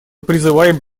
призываем